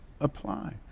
apply